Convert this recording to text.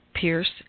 Pierce